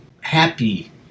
happy